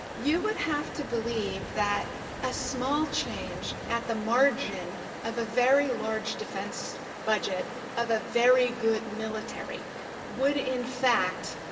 you would have to believe that a small change at the margin of a very large defense budget of a very good military would, fact,